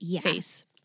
face